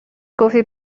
گفتی